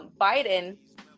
Biden